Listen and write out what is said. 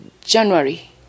January